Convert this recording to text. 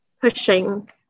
pushing